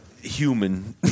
human